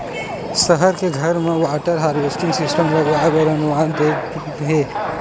सहर के घर म वाटर हारवेस्टिंग सिस्टम लगवाए बर अनुदान देवत हे